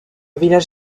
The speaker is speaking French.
village